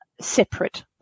separate